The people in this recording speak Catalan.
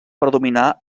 predominar